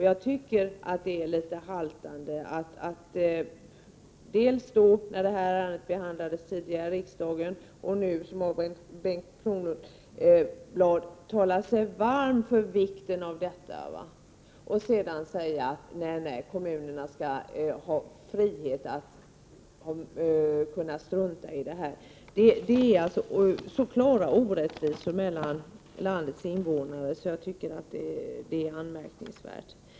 Jag tycker att det haltar litet när man å ena sidan då detta ärende behandlats tidigare här i riksdagen, och som nu Bengt Kronblad gjort, talat sig varm för vikten av detta, å andra sidan sedan säger: Nej, kommunerna skall ha frihet att strunta i detta. De orättvisor som härigenom uppstår mellan landets invånare är anmärkningsvärda.